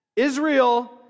Israel